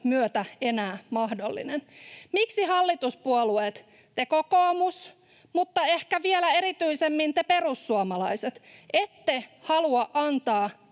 myötä enää mahdollinen. Miksi te hallituspuolueet, kokoomus, mutta ehkä vielä erityisemmin te perussuomalaiset, ette halua antaa